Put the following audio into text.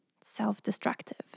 self-destructive